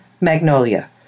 Magnolia